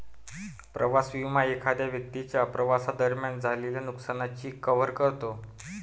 प्रवास विमा एखाद्या व्यक्तीच्या प्रवासादरम्यान झालेल्या नुकसानाची कव्हर करतो